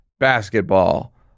basketball